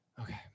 Okay